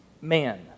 man